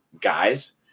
guys